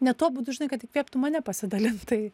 ne tuo būdu žinai kad įkvėptų mane pasidalint tai